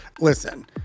listen